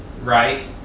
right